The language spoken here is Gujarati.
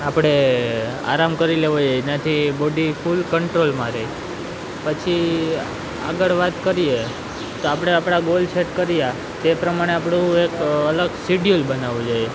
આપણે આરામ કરી લેવો એનાથી બોડી ફૂલ કંટ્રોલમાં રે પછી આગળ વાત કરીએ તો આપણે આપણા ગોલ સેટ કર્યા તે પ્રમાણે આપણું એક અલગ સિડયુલ બનાવવું જોએ